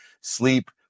Sleep